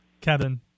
Kevin